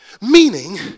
Meaning